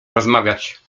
rozmawiać